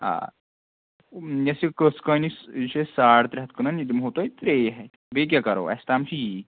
آ یَس یہِ کٔژ کٲنِچ یہِ چھِ أسۍ ساڑ ترٛےٚ ہَتھ کٕنان یہِ دِمہو تۄہہِ ترٛیٚیِی ہَتھِ بیٚیہِ کیٛاہ کَرو اَسہِ تام چھِ ییی